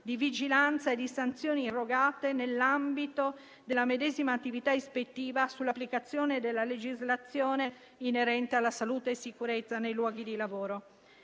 di vigilanza e di sanzioni irrogate nell'ambito della medesima attività ispettiva sull'applicazione della legislazione inerente alla salute e sicurezza nei luoghi di lavoro.